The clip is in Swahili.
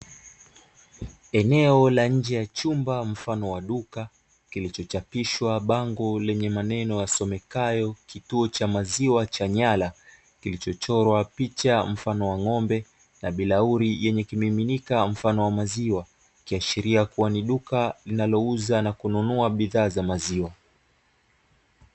Eneo la nje ya chumba mfano wa duka, kilichochapishwa bango lenye maneno yasomekayo "kituo cha maziwa cha Nyala", kilichochorwa picha mfano wa ng'ombe na bilauri yenye kimiminika mfano wa maziwa, ikiashiria kuwa ni duka linalouza na kununua bidhaa za maziwa.